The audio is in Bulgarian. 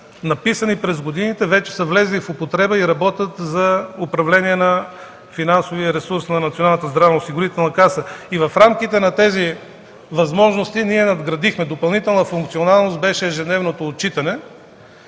написани през годините, вече са влезли в употреба и работят за управление на финансовия ресурс на Националната здравноосигурителна каса. Ние надградихме в рамките на тези възможности. Допълнителна функционалност беше ежедневното отчитане,